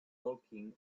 talking